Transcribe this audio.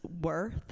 worth